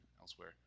elsewhere